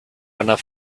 enough